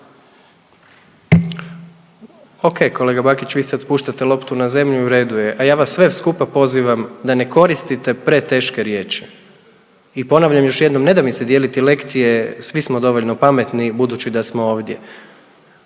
Ok, kolega Bakić vi sad spuštate loptu na zemlju u redu je, a ja vas sve skupa pozivam da ne koristite preteške riječi. I ponavljam još jednom ne da mi se dijeliti lekcije svi smo dovoljno pametni budući da smo ovdje.